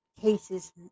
cases